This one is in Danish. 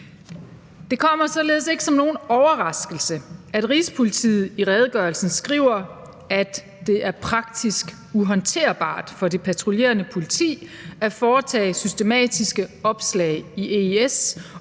Det kommer således ikke som nogen overraskelse, at Rigspolitiet i redegørelsen skriver, at det er praktisk uhåndterbart for det patruljerende politi at foretage systematiske opslag i EIS,